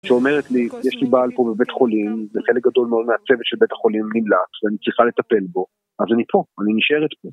‫שאומרת לי, יש לי בעל פה בבית חולים, ‫וחלק גדול מאוד מהצוות ‫של בית החולים נמלט, ‫ואני צריכה לטפל בו, ‫אז אני פה, אני נשארת פה.